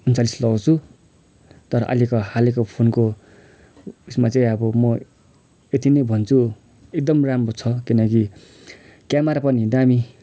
उन्चालिस लगाउँछु तर अहिलेको हालैको फोनको उयसमा चाहिँ अब म त्यत्ति नै भन्छु एकदमै राम्रो छ किनकि क्यामरा पनि दामी